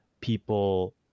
people